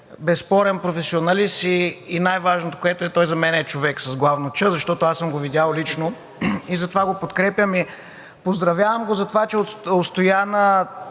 безспорен професионалист, и най-важното, за мен той е човек с главно „Ч“, защото съм го видял лично и затова го подкрепям. Поздравявам го за това, че устоя на,